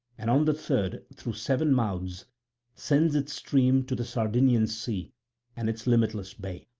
and on the third through seven mouths sends its stream to the sardinian sea and its limitless bay.